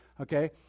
Okay